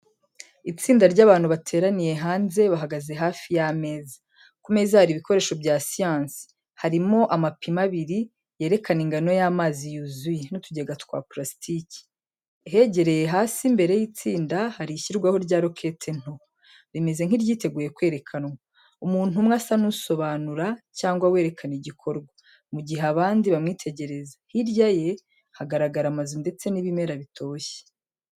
Itsinda ry’abantu bateraniye hanze, bahagaze hafi y’ameza. Ku meza hari ibikoresho bya siyansi, harimo amapima abiri yerekana ingano y’amazi yuzuye, n’utugega twa purasitiki. Hegereye hasi imbere y’itsinda hari ishyirwaho rya rokete nto, rimeze nk’iryiteguye kwerekanwa. Umuntu umwe asa n’usobanura cyangwa werekana igikorwa, mu gihe abandi bamwitegereza, Hirya ye haragaraga amazu ndetse n'ibimera bitoshye.